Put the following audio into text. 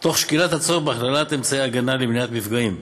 תוך שקילת הצורך בהכללת אמצעי הגנה למניעת מפגעים,